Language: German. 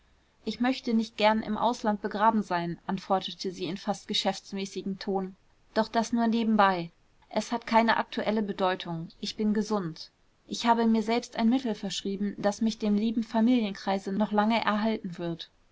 ich möchte nicht gern im ausland begraben sein antwortete sie in fast geschäftsmäßigem ton doch das nur nebenbei es hat keine aktuelle bedeutung ich bin gesund ich habe mir selbst ein mittel verschrieben das mich dem lieben familienkreise noch lange erhalten wird